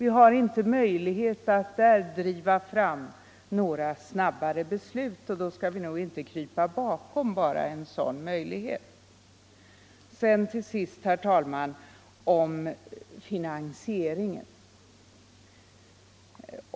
Vi har inte någon större möjlighet att där driva fram några snabbare beslut, och då skall vi nog inte bara krypa bakom en sådan möjlighet. Till sist, herr talman, några ord om finansieringen.